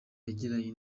yagiranye